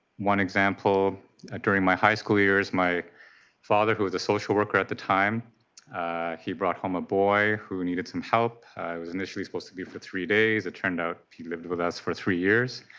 one example during my high school years my father, who was a social worker at the time he brought home a boy, who needed some help. it was initially supposed to be for three days. it turned out he lived with us for three years.